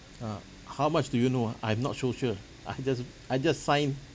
uh how much do you know ah I'm not so sure I just I just sign